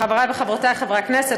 חבריי וחברותיי חברי הכנסת,